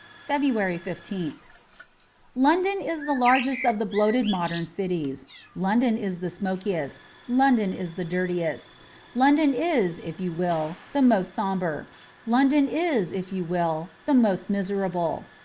february fifteenth london is the largest of the bloated modern cities london is the smokiest london is the dirtiest london is, if you will, the most sombre london is, if you will, the most miserable.